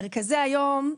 מרכזי היום,